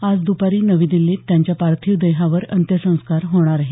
आज द्रपारी नवी दिल्लीत त्यांच्या पार्थिव देहावर अंत्यसंस्कार होणार आहेत